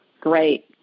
Great